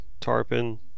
tarpon